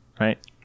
right